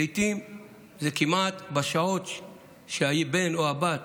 לעיתים בשעות שהבן או הבת